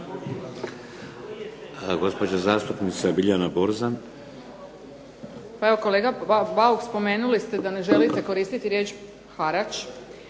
**Borzan, Biljana (SDP)** Pa evo kolega Bauk, spomenuli ste da ne želite koristiti riječ harač,